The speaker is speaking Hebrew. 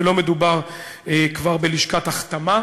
ולא מדובר כבר בלשכת החתמה.